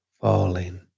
falling